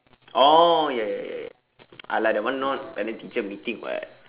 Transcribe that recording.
oh ya ya ya ya !alah! that one not parent teacher meeting [what]